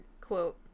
quote